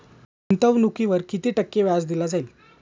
गुंतवणुकीवर किती टक्के व्याज दिले जाईल?